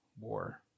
war